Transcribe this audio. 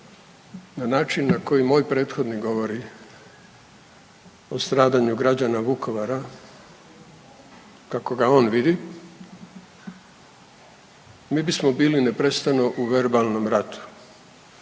na način na koji moj prethodnik govori o stradanju građana Vukovara kako ga on vidi, mi bismo bili neprestano u verbalnom ratu,